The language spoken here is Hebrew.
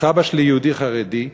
סבא שלי יהודי חרדי,